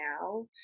now